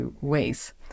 ways